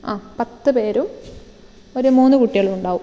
ആ പത്ത് പേരും ഒരു മൂന്ന് കുട്ടികളുമുണ്ടാവകും